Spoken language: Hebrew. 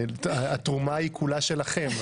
התרומה היא כולה שלכם.